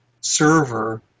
server